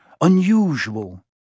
unusual